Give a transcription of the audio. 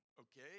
okay